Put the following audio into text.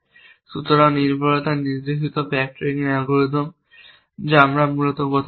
সুতরাং নির্ভরতা নির্দেশিত ব্যাকট্র্যাকিং অ্যালগরিদম যা আমরা মূলত কথা বলছি